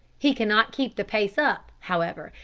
he cannot keep the pace up, however,